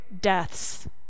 deaths